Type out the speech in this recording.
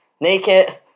naked